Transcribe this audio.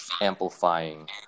amplifying